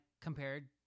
compared